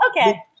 Okay